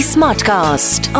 Smartcast